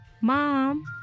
Mom